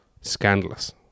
scandalous